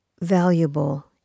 valuable